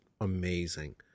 amazing